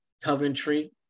Coventry